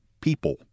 People